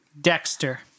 Dexter